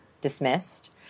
dismissed